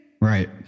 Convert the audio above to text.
Right